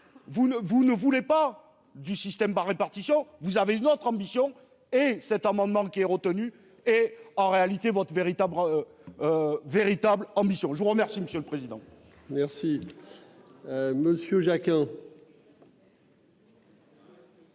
vous ne voulez pas du système par répartition. Vous avez une autre ambition et cet amendement qui est retenue et en réalité votre véritable. Véritable ambition je vous remercie monsieur le président. Merci. Monsieur Jacques